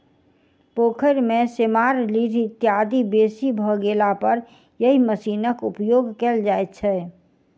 पोखैर मे सेमार, लीढ़ इत्यादि बेसी भ गेलापर एहि मशीनक उपयोग कयल जाइत छै